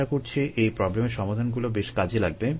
আশা করছি এই প্রবলেমের সমাধানগুলো বেশ কাজে লাগবে